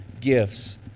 gifts